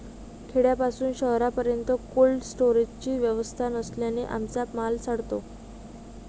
खेड्यापासून शहरापर्यंत कोल्ड स्टोरेजची व्यवस्था नसल्याने आमचा माल सडतो